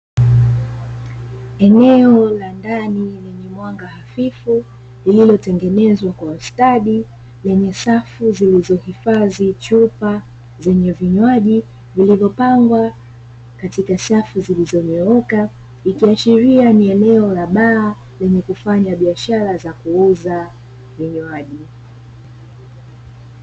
Eneo la ndani lenye mwanga hafifu, lililotengenezwa kwa ustadi, lenye safu zilizo hifadhi chupa zenye vinywaji vilivopangwa katika safu zilizonyooka, ikiashiria ni eneo la baa lenye kufanya biashara za kuuza vinywaji.